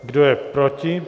Kdo je proti?